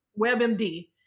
WebMD